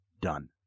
Done